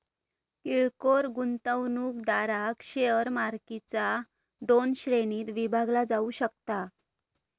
किरकोळ गुंतवणूकदारांक शेअर मालकीचा दोन श्रेणींत विभागला जाऊ शकता